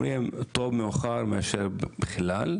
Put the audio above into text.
אומרים טוב מאוחר מאשר אף פעם,